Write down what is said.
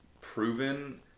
proven